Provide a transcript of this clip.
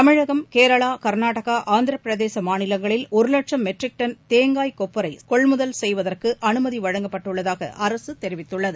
தமிழகம் கேரளா கர்நாடகா ஆந்திர பிரதேச மாநிலங்களில் ஒரு லட்சம் மெட்ரிக் டன் தேங்காய் கொப்பரை கொள்முதல் செய்வதற்கு அனுமதி வழங்கப்பட்டுள்ளதாக அரசு தெரிவித்துள்ளது